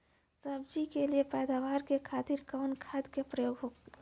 सब्जी के लिए पैदावार के खातिर कवन खाद के प्रयोग होला?